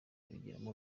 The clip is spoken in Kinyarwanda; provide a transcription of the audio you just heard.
kubigiramo